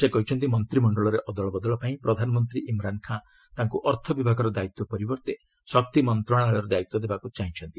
ସେ କହିଛନ୍ତି ମନ୍ତିମଶ୍ଚଳରେ ଅଦଳବଦଳ ପାଇଁ ପ୍ରଧାନମନ୍ତ୍ରୀ ଇମ୍ରାନ୍ ଖାନ୍ ତାଙ୍କୁ ଅର୍ଥ ବିଭାଗର ଦାୟିତ୍ୱ ପରିବର୍ତ୍ତେ ଶକ୍ତି ମନ୍ତଶାଳୟର ଦାୟିତ୍ୱ ଦେବାକୁ ଚାହିଁଛନ୍ତି